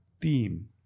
theme